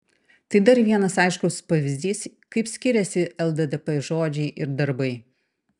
tai dar vienas aiškus pavyzdys kaip skiriasi lddp žodžiai ir darbai